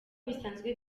bisanzwe